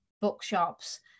bookshops